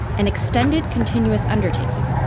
an extended continuous undertaking.